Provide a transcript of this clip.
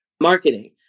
marketing